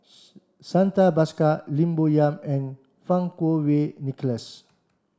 Santha Bhaskar Lim Bo Yam and Fang Kuo Wei Nicholas